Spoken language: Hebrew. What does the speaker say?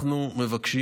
אנחנו מבקשים